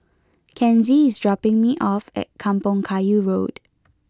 Kenzie is dropping me off at Kampong Kayu Road